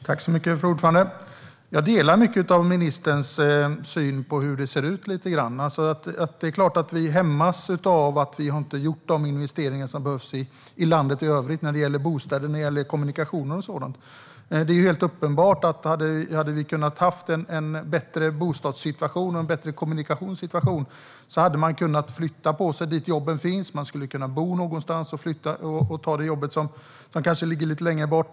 Fru talman! Jag delar mycket av ministerns syn på hur det ser ut. Det är klart att vi hämmas av att vi inte har gjort de investeringar som behövs i landet i övrigt när det gäller bostäder, kommunikationer och sådant. Det är helt uppenbart att om vi hade haft en bättre bostadssituation och en bättre kommunikationssituation hade man kunnat flytta på sig dit jobben finns. Man skulle ha kunnat bo någonstans och ta ett jobb som kanske ligger lite längre bort.